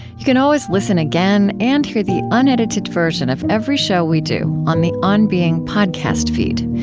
you can always listen again and hear the unedited version of every show we do on the on being podcast feed,